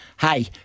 Hey